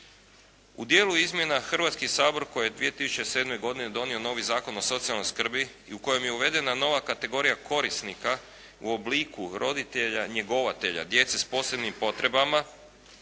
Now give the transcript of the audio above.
U dijelu izmjena Hrvatski sabor koji je 2007. godine donio novi Zakon o socijalnoj skrbi i u kojem je uvedena nova kategorija korisnika u obliku roditelja njegovatelja djece sa posebnim potrebama